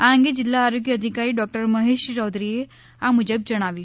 આ અંગે જિલ્લા આરોગ્ય અધિકારી ડૉ મહેશ ચૌધરીએ આ મુજબ જણાવ્યું